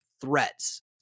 threats